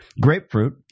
grapefruit